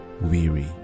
weary